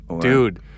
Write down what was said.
Dude